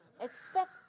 expect